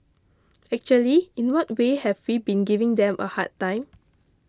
actually in what way have we been giving them a hard time